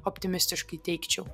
optimistiškai teigčiau